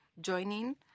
joining